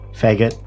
faggot